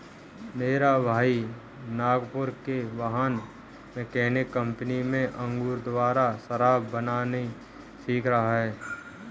मेरा भाई नागपुर के वाइन मेकिंग कंपनी में अंगूर द्वारा शराब बनाना सीख रहा है